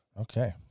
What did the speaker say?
Okay